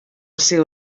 seu